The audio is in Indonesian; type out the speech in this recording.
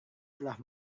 telah